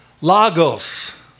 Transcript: Lagos